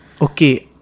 okay